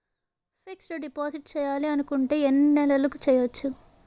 Fixed deposit చేయాలి అనుకుంటే ఎన్నే నెలలకు చేయొచ్చు?